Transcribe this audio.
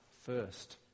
first